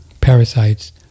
parasites